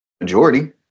majority